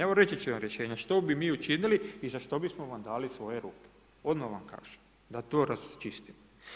Evo reći ću vam rješenja što bi mi učinili i za što bismo vam dali svoje ruke, odmah vam kažem da to raščistimo.